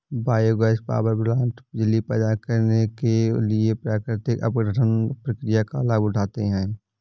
biogas power plant बिजली पैदा करने के लिए प्राकृतिक अपघटन प्रक्रिया का लाभ उठाते हैं